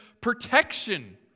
protection